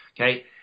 okay